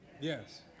Yes